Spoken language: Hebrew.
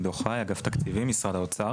אני עידו חי, אגף תקציבים, משרד האוצר.